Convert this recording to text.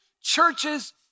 churches